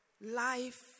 Life